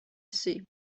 see